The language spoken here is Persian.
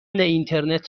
اینترنت